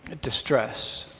ah distress,